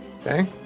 Okay